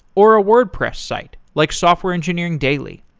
or a wordpress site, like software engineering daily.